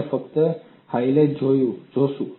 આપણે ફક્ત હાઇલાઇટ્સ જોશું